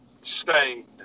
stained